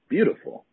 Beautiful